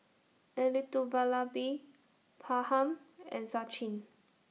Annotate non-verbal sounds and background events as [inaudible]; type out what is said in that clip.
Elattuvalapil [unintelligible] and Sachin